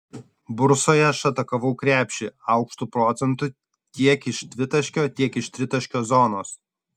bursoje aš atakavau krepšį aukštu procentu tiek iš dvitaškio tiek iš tritaškio zonos